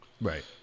Right